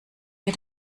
mir